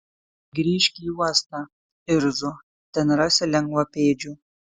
grįžk į uostą irzo ten rasi lengvapėdžių